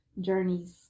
journeys